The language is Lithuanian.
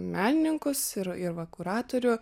menininkus ir ir va kuratorių